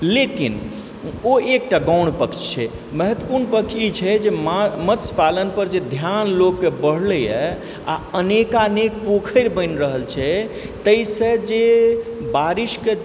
लेकिन ओ एक टा गौण पक्ष छै महत्त्वपूर्ण पक्ष ई छै जे मा मत्स्य पालनपर जे ध्यान लोकके बढ़लइए हइ आओर अनेकानेक पोखरि बनि रहल छै तैसँ जे बारिशके